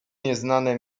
nieznane